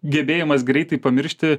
gebėjimas greitai pamiršti